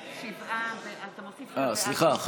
סליחה,